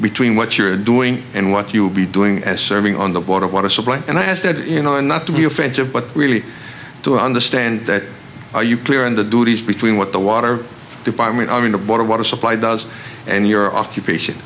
between what you're doing and what you would be doing as serving on the board of water supply and i ask that you know not to be offensive but really to understand that are you clear on the duties between what the water department i mean the board of water supply does and your occupation